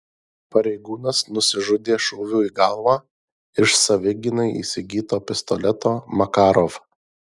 pareigūnas nusižudė šūviu į galvą iš savigynai įsigyto pistoleto makarov